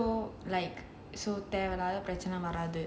so like so like தேவையில்லாத பிரச்னை வராது:thevaillaatha pirachanai varaathu